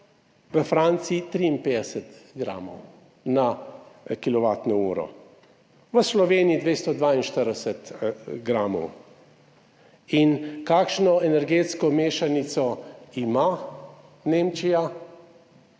v Franciji 53 gramov na kilovatno uro, v Sloveniji 242 gramov. In kakšno energetsko mešanico ima Nemčija?